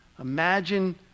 Imagine